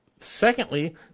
secondly